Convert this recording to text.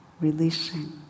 releasing